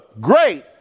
great